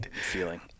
feeling